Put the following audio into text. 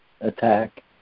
attack